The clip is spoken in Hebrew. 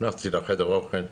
נכנסתי לחדר האוכל,